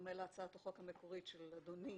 בדומה להצעת החוק המקורית של אדוני,